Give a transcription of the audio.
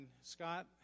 Scott